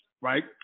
Right